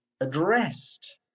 addressed